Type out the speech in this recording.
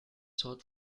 sold